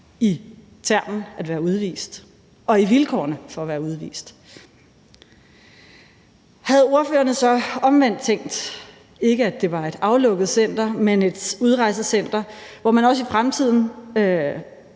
i termen udvist og i vilkårene for at være udvist. Havde ordførerne så omvendt tænkt, at det ikke var et aflukket center, men et udrejsecenter, hvor man også i fremtiden